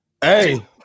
Hey